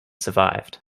survived